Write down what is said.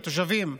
לתושבים,